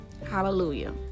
Hallelujah